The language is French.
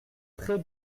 très